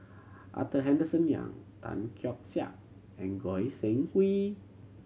Arthur Henderson Young Tan Keong Saik and Goi Seng Hui